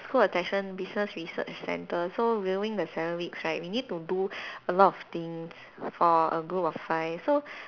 school attention business research centre so during the seven weeks right we need to do a lot of things for a group of five so